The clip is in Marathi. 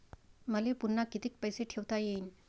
मले पुन्हा कितीक पैसे ठेवता येईन?